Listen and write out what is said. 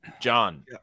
John